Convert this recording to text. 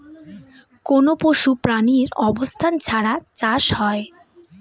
কোনো পশু প্রাণীর অবস্থান ছাড়া চাষ হয়